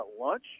lunch